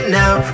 now